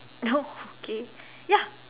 no okay ya